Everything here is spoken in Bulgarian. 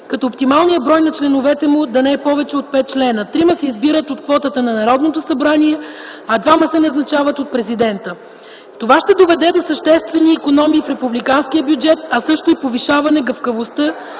като оптималният брой на членовете му да не е повече от пет члена – трима се избират от квотата на Народното събрание, а двама се назначават от президента. Това ще доведе до съществени икономии в републиканския бюджет, а също и повишаване гъвкавостта